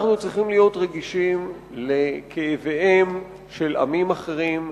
צריכים להיות רגישים לכאביהם של עמים אחרים,